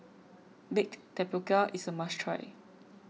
Baked Tapioca is a must try